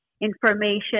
information